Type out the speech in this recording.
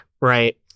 right